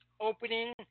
opening